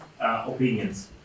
opinions